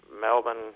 Melbourne